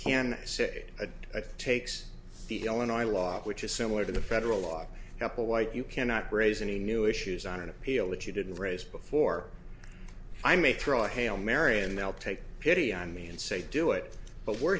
a takes the illinois law which is similar to the federal law couple white you cannot raise any new issues on an appeal that you didn't raise before i may throw a hail mary and they'll take pity on me and say do it but we're